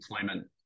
employment